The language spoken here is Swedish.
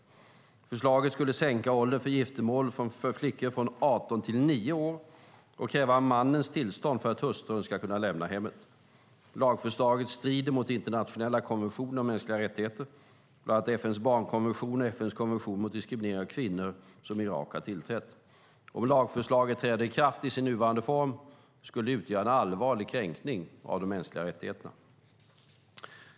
Förslaget skulle sänka åldern för giftermål för flickor från 18 till 9 år och kräva mannens tillstånd för att hustrun ska kunna lämna hemmet. Lagförslaget strider mot internationella konventioner om mänskliga rättigheter, bland annat FN:s barnkonvention och FN:s konvention mot diskriminering av kvinnor som Irak har tillträtt. Om lagförslaget träder i kraft i sin nuvarande form skulle det utgöra en allvarlig kränkning av de mänskliga rättigheterna.